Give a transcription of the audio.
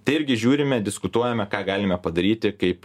tai irgi žiūrime diskutuojame ką galime padaryti kaip